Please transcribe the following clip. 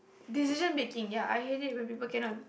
decision making ya I hate it when people cannot